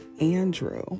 Andrew